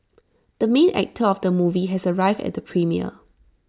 the main actor of the movie has arrived at premiere